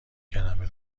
کلمه